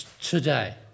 today